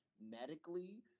Medically